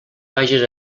vages